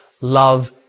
love